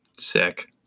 sick